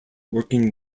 working